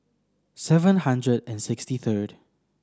seven hundred and sixty third